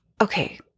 Okay